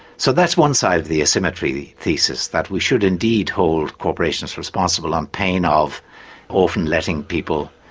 so that's one side of the asymmetry thesis, that we should indeed hold corporations responsible on pain of often letting people,